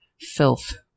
filth